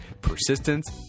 persistence